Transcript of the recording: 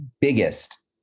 biggest